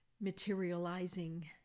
materializing